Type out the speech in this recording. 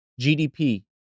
GDP